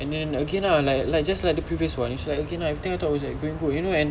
and then again ah like like just the previous one again like again everything I thought it was going good you know and